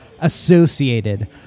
associated